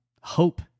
hope